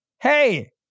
Hey